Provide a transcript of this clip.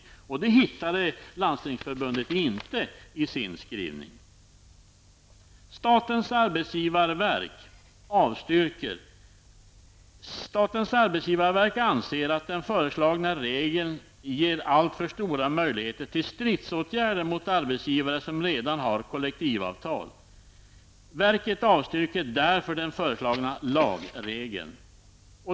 Några sådana skäl hade Landstingsförbundet inte enligt vad som framgår av dess skrivning funnit. ''SAV anser att den föreslagna regeln ger allt för stora möjligheter till stridsåtgärder mot arbetsgivare som redan har kollektivavtal. SAV avstyrker därför den föreslagna lagregeln.''